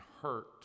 hurt